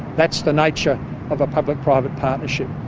that's the nature of a public-private partnership.